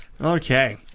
Okay